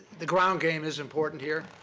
the ground game is important here.